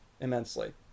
immensely